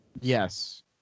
Yes